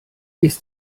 ist